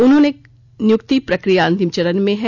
उन्होंने कहा नियुक्ति प्रक्रिया अंतिम चरण में है